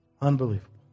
Unbelievable